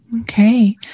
okay